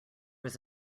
was